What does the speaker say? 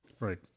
Right